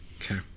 Okay